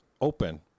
open